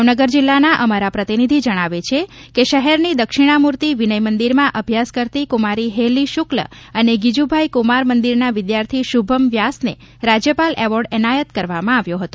ભાવનગર જિલ્લાના અમારા પ્રતિનિધિ જણાવે છે કે શહેરની દક્ષિણામૂર્તિ વિનય મંદિરમાં અભ્યાસ કરતી કુમારી હેલી શક્લ અને ગીજીભાઇ કુમાર મંદિરના વિદ્યાર્થી શુભમ વ્યાસને રાજ્યપાલ એવોર્ડ એનાયત કરવામાં આવ્યો હતો